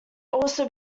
also